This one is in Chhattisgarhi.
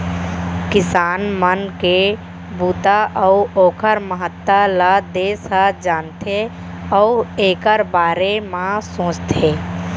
किसान मन के बूता अउ ओकर महत्ता ल देस ह जानथे अउ एकर बारे म सोचथे